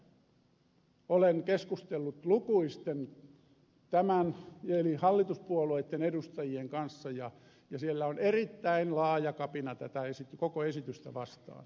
nimittäin olen keskustellut lukuisten hallituspuolueitten edustajien kanssa ja siellä on erittäin laaja kapina tätä koko esitystä vastaan